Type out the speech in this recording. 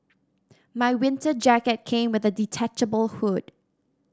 my winter jacket came with a detachable hood